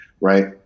right